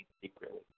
secretly